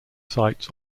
sites